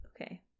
Okay